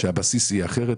שהבסיס יהיה אחרת.